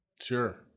Sure